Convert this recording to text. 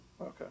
Okay